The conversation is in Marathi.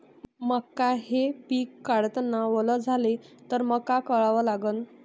मका हे पिक काढतांना वल झाले तर मंग काय करावं लागन?